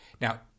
Now